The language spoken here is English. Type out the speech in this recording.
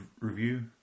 Review